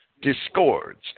discords